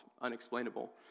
unexplainable